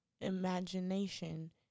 imagination